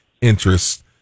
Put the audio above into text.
interest